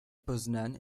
poznań